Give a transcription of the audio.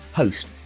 host